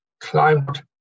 climbed